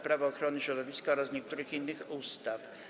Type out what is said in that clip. Prawo ochrony środowiska oraz niektórych innych ustaw.